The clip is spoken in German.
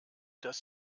dass